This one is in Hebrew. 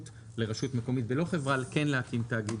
לרשות מקומית ולא חברה כן להקים תאגיד.